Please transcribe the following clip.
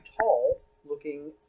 tall-looking